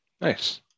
Nice